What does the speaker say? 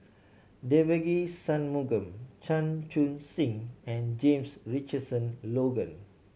Devagi Sanmugam Chan Chun Sing and James Richardson Logan